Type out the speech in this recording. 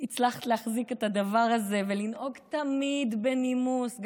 הצלחת להחזיק את הדבר הזה ולנהוג תמיד בנימוס,